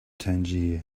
tangier